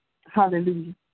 Hallelujah